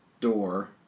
door